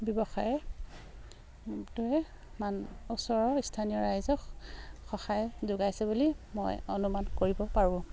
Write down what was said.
ব্যৱসায়টোৱে ওচৰৰ স্থানীয় ৰাইজক সহায় যোগাইছে বুলি মই অনুমান কৰিব পাৰোঁ